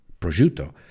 prosciutto